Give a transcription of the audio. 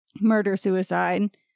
murder-suicide